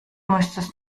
müsstest